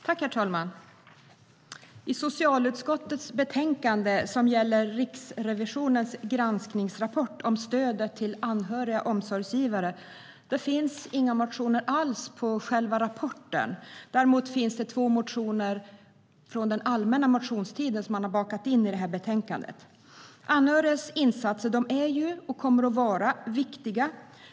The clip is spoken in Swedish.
Herr talman! I socialutskottets betänkande som gäller Riksrevisionens granskningsrapport om stödet till anhöriga omsorgsgivare finns det inga motioner på själva rapporten. Däremot finns det två motioner från allmänna motionstiden som man har bakat in i betänkandet. Anhörigas insatser är och kommer att vara viktiga.